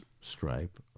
stripe